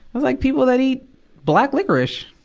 like, people that eat black licorice.